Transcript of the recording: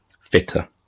fitter